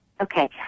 Okay